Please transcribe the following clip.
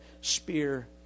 spear